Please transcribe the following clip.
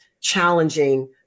challenging